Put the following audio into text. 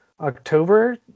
October